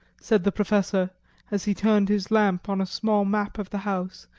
said the professor as he turned his lamp on a small map of the house,